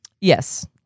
Yes